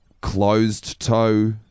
closed-toe